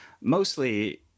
mostly